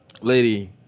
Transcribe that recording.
Lady